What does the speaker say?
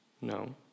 No